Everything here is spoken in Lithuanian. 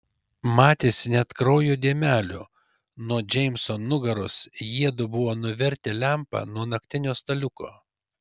matėsi net kraujo dėmelių nuo džeimso nugaros jiedu buvo nuvertę lempą nuo naktinio staliuko